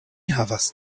havas